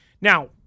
Now